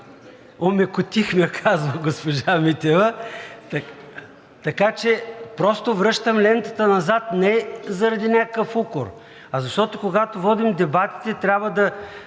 Омекотихме, казва госпожа Митева. Така че просто връщам лентата назад не заради някакъв укор, а защото, когато водим дебатите, трябва да